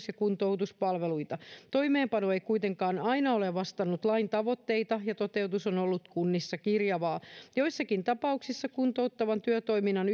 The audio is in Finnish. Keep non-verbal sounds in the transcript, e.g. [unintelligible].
[unintelligible] ja kuntoutuspalveluita toimeenpano ei kuitenkaan aina ole vastannut lain tavoitteita ja toteutus on ollut kunnissa kirjavaa joissakin tapauksissa kuntouttavan työtoiminnan [unintelligible]